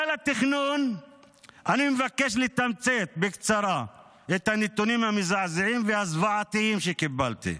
אני מבקש לתמצת בקצרה את הנתונים המזעזעים והזוועתיים שקיבלתי.